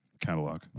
catalog